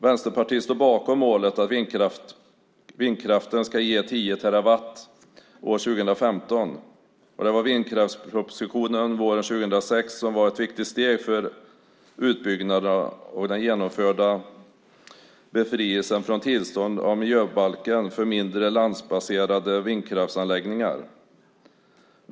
Vänsterpartiet står bakom målet att vindkraften ska ge 10 terawattimmar år 2015. Vindkraftspropositionen våren 2006 och den genomförda befrielsen från tillstånd enligt miljöbalken för mindre landbaserade vindkraftsanläggningar var ett viktigt steg för utbyggnaden.